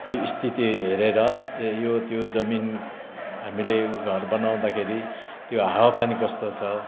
त्यो स्थिति हेरेर यो त्यो जमिन हामीले घर बनाउँदाखेरि त्यो हावा पानी कस्तो छ